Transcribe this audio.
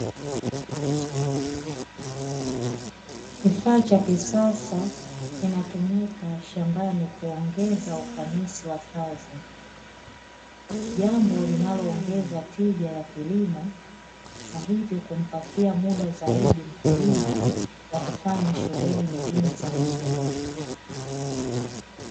Kifaa cha kisasa, kinatumika shambani kuongeza ufanisi wa kazi, jambo linaloongeza tija ya kilimo, na hivyo kumpatia muda zaidi mkulima wa kufanya shughuli nyingine za maendeleo.